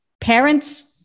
parents